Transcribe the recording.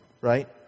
Right